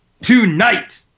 tonight